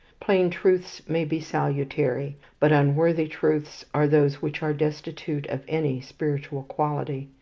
plain truths may be salutary but unworthy truths are those which are destitute of any spiritual quality,